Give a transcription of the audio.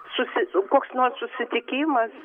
susi koks nors susitikimas